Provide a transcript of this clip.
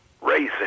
racing